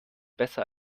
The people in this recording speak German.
besser